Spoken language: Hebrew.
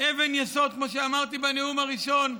אבן יסוד, כמו שאמרתי בנאום הראשון,